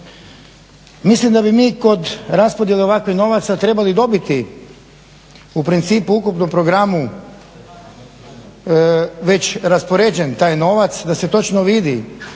Mislim da bi mi kod raspodjele ovakvih novaca trebali dobiti u principu ukupno u programu već raspoređen taj novac, da se točno vidi